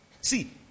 See